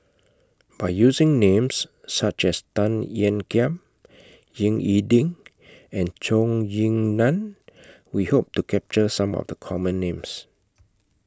By using Names such as Tan Ean Kiam Ying E Ding and Zhou Ying NAN We Hope to capture Some of The Common Names